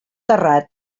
terrat